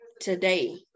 today